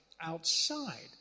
outside